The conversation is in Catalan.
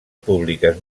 públiques